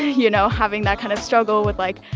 you know, having that kind of struggle with, like,